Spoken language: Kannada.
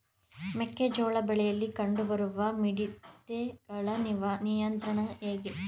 ಮೆಕ್ಕೆ ಜೋಳ ಬೆಳೆಯಲ್ಲಿ ಕಂಡು ಬರುವ ಮಿಡತೆಗಳ ನಿಯಂತ್ರಣ ಹೇಗೆ?